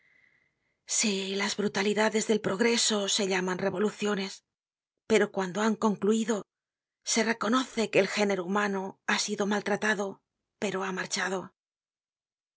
sí las brutalidades del progreso se llaman revoluciones pero cuando han concluido se reconoce que el género humano ha sido maltratado pero ha marchado